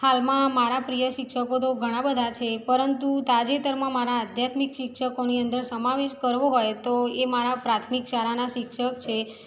હાલમાં મારા પ્રિય શિક્ષકો તો ઘણા બધા છે પરંતુ તાજેતરમાં મારા અધ્યાત્મિક શિક્ષકોની અંદર સમાવેશ કરવો હોય તો એ મારા પ્રાથમિક શાળાનાં શિક્ષક છે